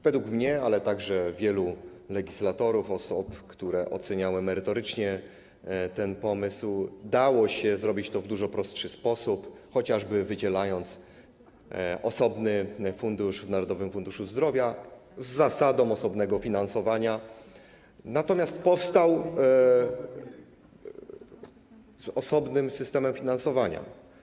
Według mnie, ale także wielu legislatorów, osób, które oceniały merytorycznie ten pomysł, dało się to zrobić w dużo prostszy sposób, chociażby wydzielając osobny fundusz w Narodowym Funduszu Zdrowia z zasadą osobnego finansowania, z osobnym systemem finansowania.